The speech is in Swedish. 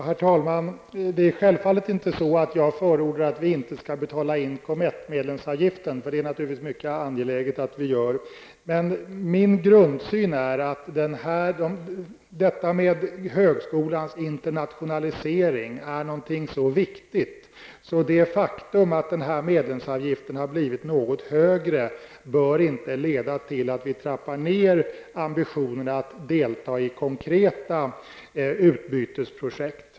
Herr talman! Det är självfallet inte så att jag förordar att vi inte skall betala in COMETT avgiften. Det är naturligtvis mycket angeläget att vi gör det. Min grundsyn är att högskolans internationalisering är en så viktig fråga att det faktum att medlemsavgiften har blivit något högre inte bör leda till att vi trappar ner ambitionen att delta i konkreta utbildningsprojekt.